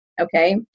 Okay